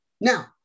Now